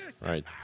Right